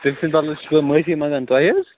تٔمۍ سٕنٛدِ بدلہٕ چھُس بہٕ معٲفی منگان تۄہہِ حظ